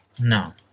No